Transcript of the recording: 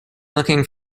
looking